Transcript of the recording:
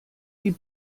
die